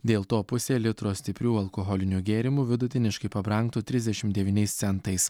dėl to pusė litro stiprių alkoholinių gėrimų vidutiniškai pabrangtų trisdešimt devyniais centais